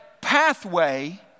pathway